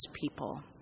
people